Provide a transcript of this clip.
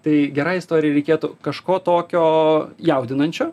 tai gerai istorijai reikėtų kažko tokio jaudinančio